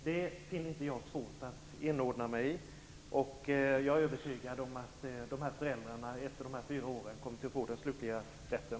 Jag finner det inte svårt att inordna mig i det, och jag är övertygad om att de här föräldrarna efter de fyra åren kommer att få den slutliga rätten.